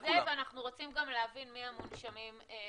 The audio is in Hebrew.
אז אנחנו רוצים את זה ואנחנו גם רוצים להבין מי המונשמים שנמצאים,